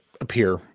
appear